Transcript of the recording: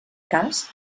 cas